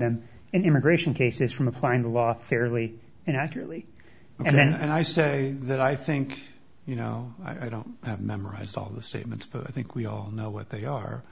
then immigration cases from applying the law fairly and accurately and i say that i think you know i don't have memorized all the statements but i think we all know what they are